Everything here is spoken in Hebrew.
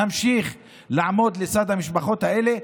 נמשיך לעמוד לצד המשפחות האלה,